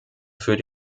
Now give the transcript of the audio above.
für